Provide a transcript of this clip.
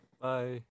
bye